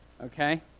Okay